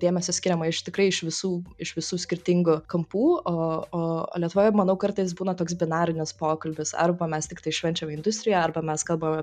dėmesio skiriama iš tikrai iš visų iš visų skirtingų kampų o o o lietuvoje manau kartais būna toks binarinis pokalbis arba mes tiktai švenčiam industriją arba mes kalbame